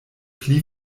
pli